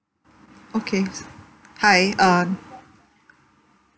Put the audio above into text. okay s~ hi um